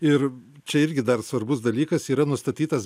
ir čia irgi dar svarbus dalykas yra nustatytas